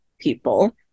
People